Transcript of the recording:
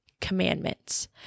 commandments